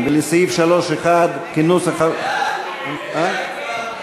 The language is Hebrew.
58, נגד 60. הסתייגות מס'